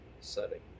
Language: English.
setting